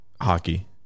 hockey